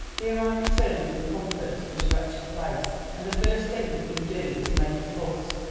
here i return from comfort to this wretched place, and the first thing that you do is make a fuss.